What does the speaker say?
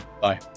Bye